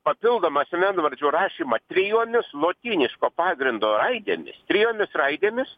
papildomą asmenvardžių rašymą trijomis lotyniško pagrindo raidėmis trijomis raidėmis